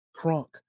crunk